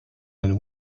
and